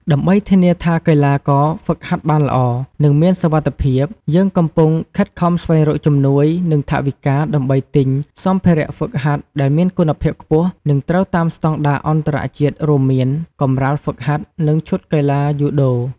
ដើម្បីធានាថាកីឡាករហ្វឹកហាត់បានល្អ និងមានសុវត្ថិភាព យើងកំពុងខិតខំស្វែងរកជំនួយ និងថវិកា ដើម្បីទិញ សម្ភារៈហ្វឹកហាត់ដែលមានគុណភាពខ្ពស់ និងត្រូវតាមស្តង់ដារអន្តរជាតិរួមមាន កម្រាលហ្វឹកហាត់ និង ឈុតកីឡាយូដូ ។